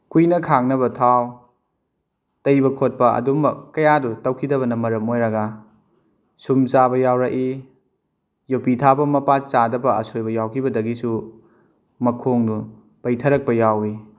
ꯀꯨꯏꯅ ꯈꯥꯡꯅꯕ ꯊꯥꯎ ꯇꯩꯕ ꯈꯣꯠꯄ ꯑꯗꯨꯒꯨꯝꯕ ꯀꯌꯥꯗꯨ ꯇꯧꯈꯤꯗꯕꯅ ꯃꯔꯝ ꯑꯣꯏꯔꯒ ꯁꯨꯝ ꯆꯥꯕ ꯌꯥꯎꯔꯛꯏ ꯌꯣꯠꯄꯤ ꯊꯥꯕ ꯃꯄꯥ ꯆꯥꯗꯕ ꯑꯁꯣꯏꯕ ꯌꯥꯎꯈꯤꯕꯗꯒꯤꯁꯨ ꯃꯈꯣꯡꯗꯣ ꯄꯩꯊꯔꯛꯄ ꯌꯥꯎꯏ